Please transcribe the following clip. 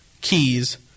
keys